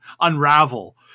unravel